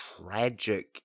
tragic